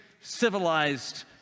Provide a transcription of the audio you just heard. civilized